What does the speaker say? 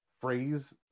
phrase